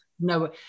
No